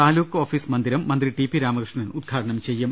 taluk office മന്ദിരം മന്ത്രി ടി പി രാമകൃഷ്ണൻ ഉദ്ഘാടനം ചെയ്യും